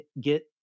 get